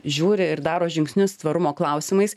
žiūri ir daro žingsnius tvarumo klausimais